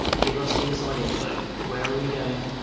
give us the inside info. where are we going?